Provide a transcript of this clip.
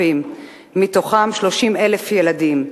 מתוכם 30,000 ילדים.